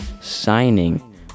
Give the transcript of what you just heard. signing